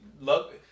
love